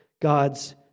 God's